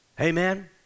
amen